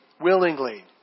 willingly